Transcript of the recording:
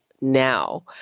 Now